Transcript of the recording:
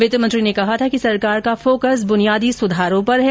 वित्त मंत्री ने कहा कि सरकार का फोकस बुनियादी सुधारों पर है